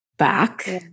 Back